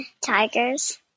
tigers